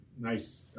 nice